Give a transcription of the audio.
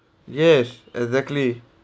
yes exactly